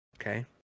okay